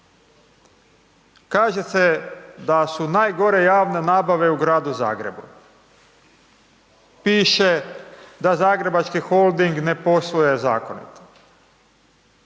Kaže se da su najgore javne nabave u gradu Zagrebu. Piše, da Zagrebački holding ne poštuje zakone.